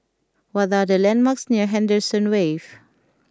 what are the landmarks near Henderson Wave